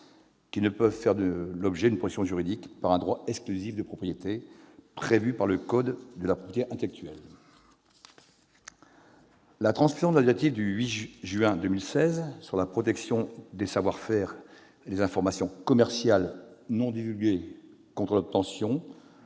qui ne peuvent faire l'objet d'une protection juridique par un droit exclusif de propriété prévu par le code de la propriété intellectuelle. La transposition de la directive du 8 juin 2016 sur la protection des savoir-faire et des informations commerciales non divulgués contre l'obtention,